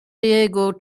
diego